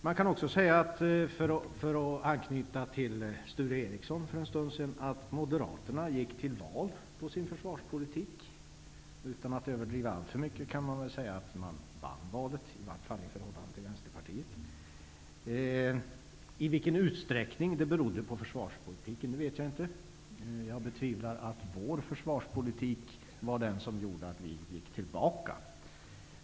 Modraterna gick, för att anknyta till det Sture Ericson sade för en stund sedan, till val på sin försvarspolitik. Utan att överdriva alltför mycket kan man säga att man vann valet, i varje fall i förhållande till Vänsterpartiet. Jag vet inte i vilken utsträckning det berodde på försvarspolitiken. Jag betvivlar att det var Vänsterpartiets försvarspolitik som gjorde att vi gick tillbaka.